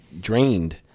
drained